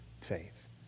faith